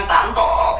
Bumble